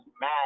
mad